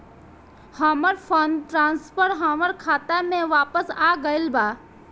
हमर fund transfer हमर खाता में वापस आ गईल बा